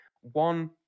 one